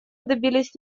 добились